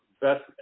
best